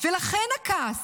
לכן הכעס.